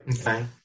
Okay